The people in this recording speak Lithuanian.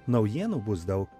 naujienų bus daug